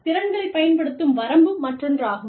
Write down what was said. திறன்களைப் பயன்படுத்தும் வரம்பு மற்றொன்றாகும்